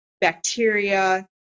bacteria